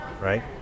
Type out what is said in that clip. right